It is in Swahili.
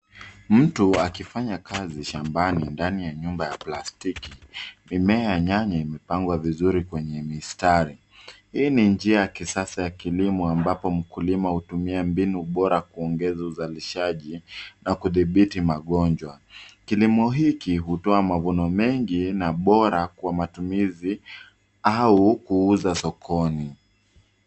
Mtu akifanya kazi shambani ndani ya chumba cha plastiki. Mimea ya nyani imepangwa vizuri kwenye mistari. Hii ni njia ya kisasa ya kilimo ambapo mkulima hutumia mbinu bora kuongeza uzalishaji na kudhibiti magonjwa. Kilimo hiki hutoa mavuno mengi na bora kwa matumizi au kuuza sokoni.